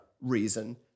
reason